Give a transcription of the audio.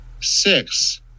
six